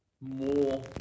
more